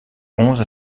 onze